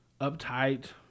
uptight